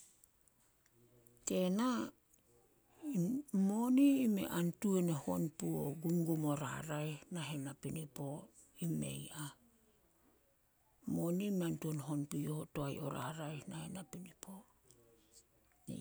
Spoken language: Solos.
Tena, moni i mei an tuan e hon puh o gumgum o raraeh nahen napinipo, i mei ah. Moni mei an tuan hon puyo toae o raraeh nahen napinipo.